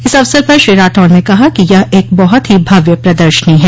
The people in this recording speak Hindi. इस अवसर पर श्री राठौड़ ने कहा कि यह एक बहुत ही भव्य प्रदर्शनी है